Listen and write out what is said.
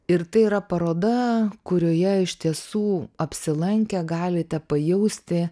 ir tai yra paroda kurioje iš tiesų apsilankę galite pajausti